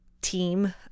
team